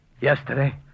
Yesterday